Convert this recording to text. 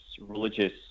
religious